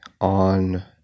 on